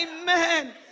Amen